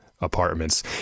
apartments